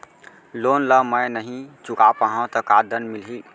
Loan ला मैं नही चुका पाहव त का दण्ड मिलही?